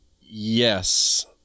Yes